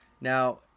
Now